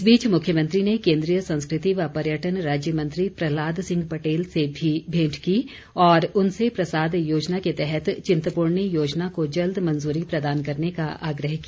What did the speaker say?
इस बीच मुख्यमंत्री ने केन्द्रीय संस्कृति व पर्यटन राज्य मंत्री प्रहलाद सिंह पटेल से भी भेंट की और उनसे प्रसाद योजना के तहत चिंतपूर्णी योजना को जल्द मंजूरी प्रदान करने का आग्रह किया